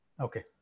Okay